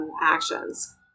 actions